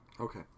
Okay